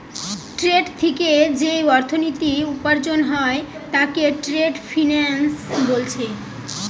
trade থিকে যেই অর্থনীতি উপার্জন হয় তাকে ট্রেড ফিন্যান্স বোলছে